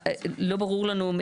לא ברור לנו,